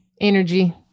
Energy